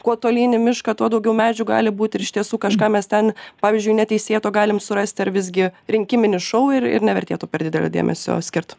kuo tolyn į mišką tuo daugiau medžių gali būt ir iš tiesų kažką mes ten pavyzdžiui neteisėto galim surasti ar visgi rinkiminis šou ir ir nevertėtų per didelio dėmesio skirt